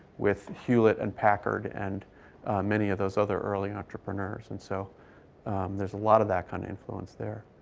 with hewlett and packard and many of those other early entrepreneurs. and so there's a lot of that kind of influence there.